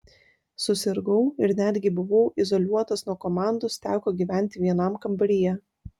susirgau ir netgi buvau izoliuotas nuo komandos teko gyventi vienam kambaryje